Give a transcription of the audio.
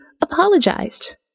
apologized